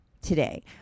today